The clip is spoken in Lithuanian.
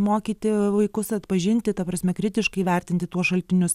mokyti vaikus atpažinti ta prasme kritiškai vertinti tuos šaltinius